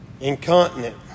Incontinent